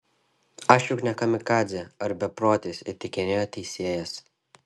aš juk ne kamikadzė ar beprotis įtikinėjo teisėjas